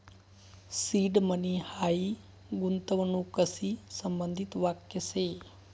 seed money हायी गूंतवणूकशी संबंधित वाक्य शे